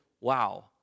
wow